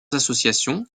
associations